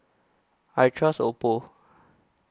I Trust Oppo